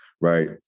Right